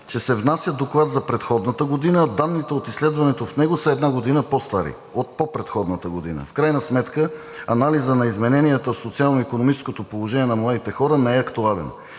че се внася доклад за предходната година, а данните от изследването в него са една година по-стари – от по-предходната година. В крайна сметка анализът на измененията в социално-икономическото положение на младите хора не е актуален.